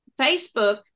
Facebook